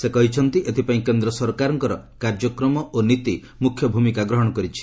ସେ କହିଛନ୍ତି ଏଥିପାଇଁ କେନ୍ଦ୍ର ସରକାରଙ୍କର କାର୍ଯ୍ୟକ୍ରମ ଓ ନୀତି ମୁଖ୍ୟ ଭୂମିକା ଗ୍ରହଣ କରିଛି